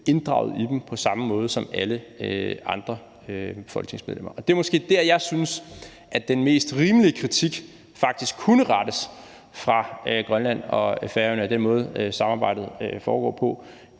inddraget i dem på samme måde som alle andre folketingsmedlemmer. Det er måske der, jeg synes den mest rimelige kritik faktisk kunne rettes fra Grønland og Færøernes side af den måde, samarbejdet foregår på,